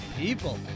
people